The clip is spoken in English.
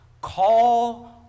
call